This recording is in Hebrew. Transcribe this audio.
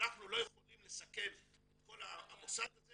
אנחנו לא יכולים לסכן את כל המוסד הזה